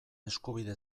eskubide